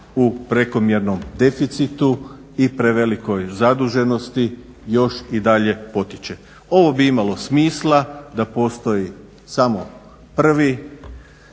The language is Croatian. u prekomjernom deficitu i prevelikoj zaduženosti još i dalje potiče. Ovo bi imalo smisla da postoji samo prvi